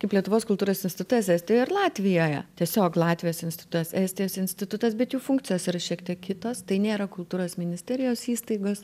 kaip lietuvos kultūros institutas estijoj ir latvijoje tiesiog latvijos institutas estijos institutas bet jų funkcijos yra šiek tiek kitos tai nėra kultūros ministerijos įstaigos